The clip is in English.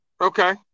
Okay